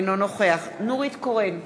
אינו נוכח נורית קורן,